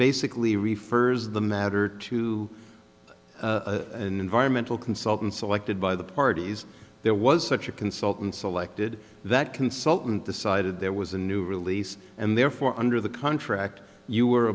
basically refers the matter to an environmental consultant selected by the parties there was such a consultant selected that consultant decided there was a new release and therefore under the contract you were